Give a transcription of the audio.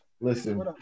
Listen